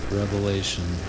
revelation